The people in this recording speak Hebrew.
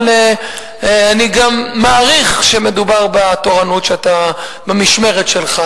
אבל אני גם מעריך שמדובר במשמרת שלך.